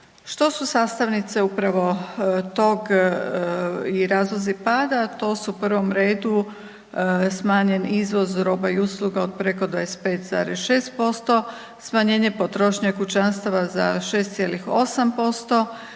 Što su sastavnice upravo toga i razlozi pada? To su u prvom redu smanjeni izvoz roba i usluga od preko 25,6%, smanjenje potrošnje kućanstava za 6,8%